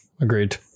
Agreed